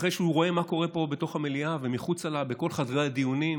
אחרי שהוא רואה מה קורה פה בתוך המליאה ומחוצה לה בכל חדרי הדיונים,